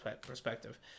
perspective